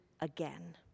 again